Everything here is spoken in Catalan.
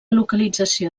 localització